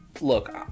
look